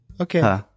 Okay